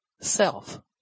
self